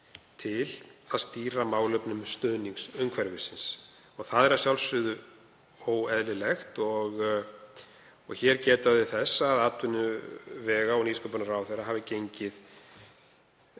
til að stýra málefnum stuðningsumhverfisins. Það er að sjálfsögðu óeðlilegt og hér er þess getið að atvinnuvega- og nýsköpunarráðherra hafi gengið,